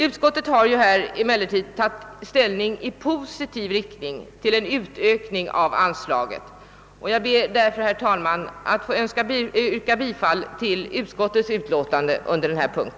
Utskottet har emellertid här tagit ställning i positiv riktning till en utökning av anslaget, och jag ber därför, herr talman, att få yrka bifall till utskottets hemställan under denna punkt.